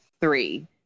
three